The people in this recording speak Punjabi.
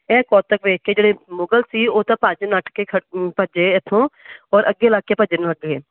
ਇਹ ਕੌਤਕ ਦੇਖ ਕੇ ਜਿਹੜੇ ਮੁਗਲ ਸੀ ਉਹ ਤਾਂ ਭੱਜ ਨੱਠ ਕੇ ਭੱਜੇ ਇੱਥੋਂ ਔਰ ਅੱਗੇ ਲੱਗ ਕੇ ਭੱਜਣ ਨੂੰ ਅੱਗੇ